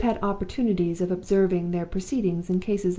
and have had opportunities of observing their proceedings in cases of,